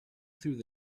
through